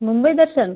Mumbai Darshan